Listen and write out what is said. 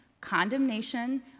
condemnation